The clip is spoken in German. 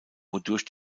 wodurch